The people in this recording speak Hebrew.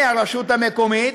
מהרשות המקומית,